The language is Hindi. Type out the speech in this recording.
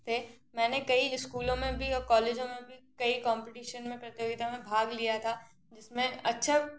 थे मैंने कई इस्कूलों मे भी और कई कॉलेजों मे भी कई कॉम्पटीशन में प्रतियोगिता मे भाग लिया था जिसमें अच्छा